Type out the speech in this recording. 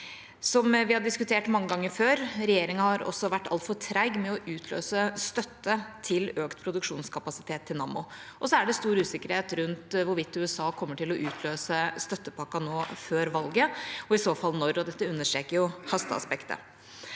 Som vi har diskutert mange ganger før, har regjeringen vært altfor treg med å utløse støtte til økt produksjonskapasitet i Nammo. Det er også stor usikkerhet rundt hvorvidt USA kommer til å utløse støttepakken nå før valget, og i så fall når. Dette understreker hasteaspektet.